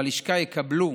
בלשכה יקבלו